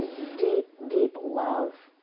deep, deep love,